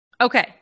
Okay